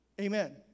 Amen